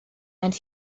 and